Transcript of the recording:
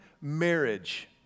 marriage